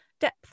depth